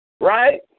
Right